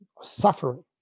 suffering